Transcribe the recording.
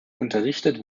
unterrichtet